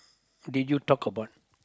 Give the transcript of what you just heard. did you talk about